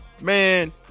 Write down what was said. Man